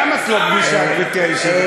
למה את לא גמישה, גברתי היושבת-ראש?